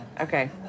okay